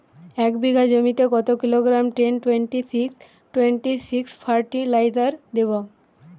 এক বিঘা জমিতে কত kilogram ten twenty six twenty six fertiliser দেবো?